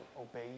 obey